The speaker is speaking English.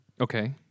okay